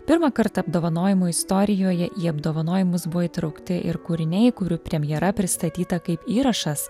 pirmą kartą apdovanojimų istorijoje į apdovanojimus buvo įtraukti ir kūriniai kurių premjera pristatyta kaip įrašas